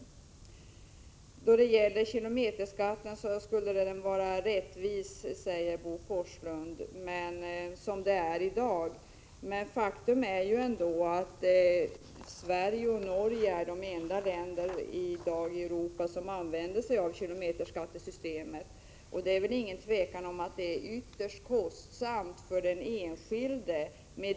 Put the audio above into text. Bo Forslund säger att kilometerskatten skulle vara rättvis som den är för närvarande. Men faktum är att Sverige och Norge i dag är de enda länder i Europa som använder sig av kilometerskattesystemet. Det systemet är utan tvivel ytterst kostsamt för den enskilde.